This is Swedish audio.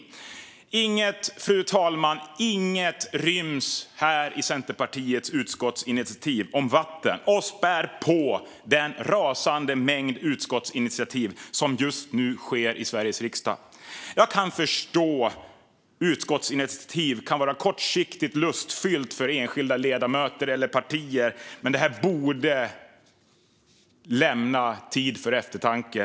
Fru talman, inget av detta - inget - ryms i Centerpartiets utskottsinitiativ om vatten, utan den rasande mängd utskottsinitiativ som just nu läggs fram i Sveriges riksdag späs på. Jag kan förstå att utskottsinitiativ kan vara kortsiktigt lustfyllt för enskilda ledamöter eller partier, men detta borde lämna tid för eftertanke.